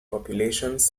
populations